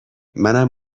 منم